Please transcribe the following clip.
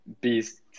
beast